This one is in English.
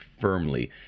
firmly